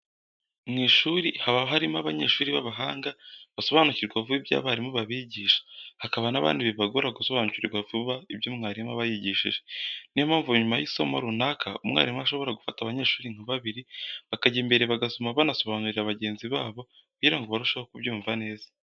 Mu ishuri haba harimo abanyeshuri b'abahanga basobanukirwa vuba ibyo abarimu babigisha, hakaba n'abandi bibagora gusobanukirwa vuba ibyo mwarimu aba yabigishije. Ni yo mpamvu nyuma y'isomo runaka umwarimu ashobora gufata abanyeshuri nka babiri bakajya imbere bagasoma banasobanurira bagenzi babo kugira ngo barusheho kubyumva neza.